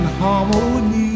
harmony